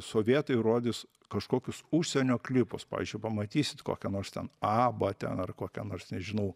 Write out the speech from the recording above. sovietai rodys kažkokius užsienio klipus pavyzdžiui pamatysit kokią nors ten abą ten ar kokią nors nežinau